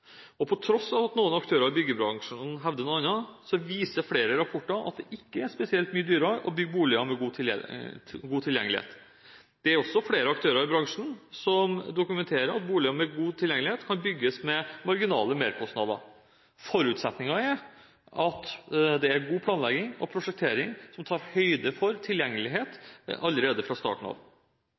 dag. På tross av at noen aktører i byggebransjen hevder noe annet, viser flere rapporter at det ikke er spesielt mye dyrere å bygge boliger med god tilgjengelighet. Det er også flere aktører i bransjen som dokumenterer at boliger med god tilgjengelighet kan bygges med marginale merkostnader. Forutsetningen er at det er god planlegging og prosjektering som tar høyde for tilgjengelighet allerede fra starten av.